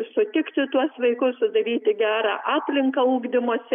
sutikti tuos vaikus sudaryti gerą aplinką ugdymosi